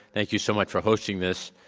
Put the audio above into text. thank you so much for hosting this.